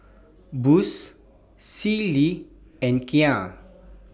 Boost Sealy and Kia